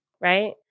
Right